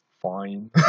Fine